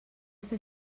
fer